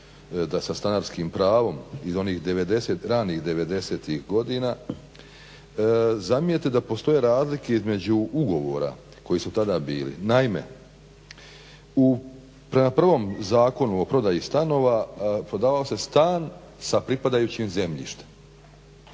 da sa stanarskim pravom iz onih ranih '90-ih godina zamijete da postoje razlike između ugovora koji su tada bili. Naime, prema prvom Zakonu o prodaji stanova prodavao se stan sa pripadajućim zemljištem.